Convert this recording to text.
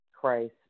Christ